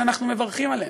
שאנחנו מברכים עליהם,